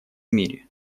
мире